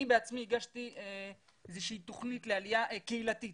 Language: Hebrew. אני בעצמי הגשתי איזושהי תוכנית לעלייה קהילתית